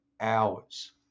hours